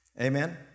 Amen